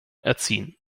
erziehen